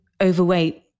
overweight